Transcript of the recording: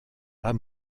pas